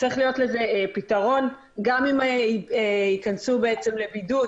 צריך להיות לזה פתרון, גם אם ייכנסו בעצם לבידוד